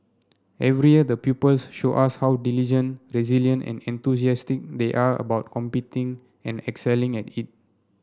every year the pupils show us how diligent resilient and enthusiastic they are about competing and excelling at it